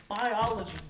biology